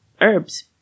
herbs